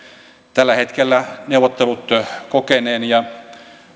tällä hetkellä neuvottelut kokeneen ja